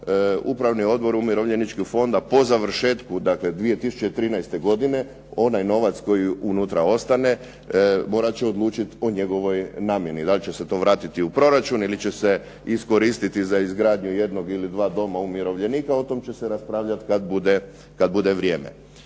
Upravni fond umirovljeničkog fonda po završetku, dakle 2013. godine onaj novac koji unutra ostane morat će odlučiti o njegovoj namjeni. Da li će se to vratiti u proračun ili će se iskoristiti za izgradnju jednog ili dva doma umirovljenika, o tome će se raspravljati kada bude vrijeme.